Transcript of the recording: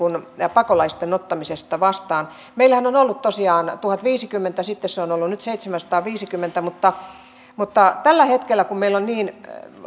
pakolaisten ottamisesta vastaan meillähän on ollut tosiaan tuhatviisikymmentä ja sitten se on ollut nyt seitsemänsataaviisikymmentä mutta mutta kun tällä hetkellä meillä on niin